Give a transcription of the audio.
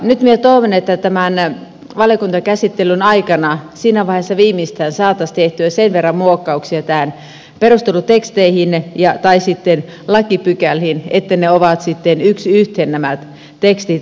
nyt minä toivon että tämän valiokuntakäsittelyn aikana siinä vaiheessa viimeistään saataisiin tehtyä sen verran muokkauksia näihin perusteluteksteihin tai sitten lakipykäliin että ovat sitten yksi yhteen nämä tekstit olemassa